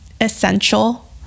essential